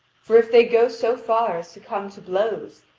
for if they go so far as to come to blows,